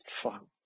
Fuck